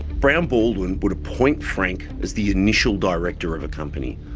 brown baldwin would appoint frank as the initial director of a company,